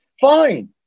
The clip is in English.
Fine